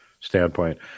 standpoint